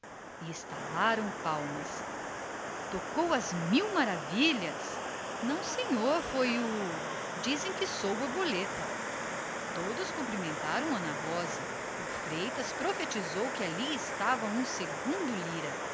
estalaram palmas tocou às mil maravilhas não senhor foi uma polca do marinho correram a cumprimentar a pianista o freitas profetizou logo que ali estava um segundo lira